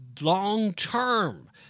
long-term